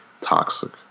toxic